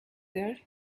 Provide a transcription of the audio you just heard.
there